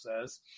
says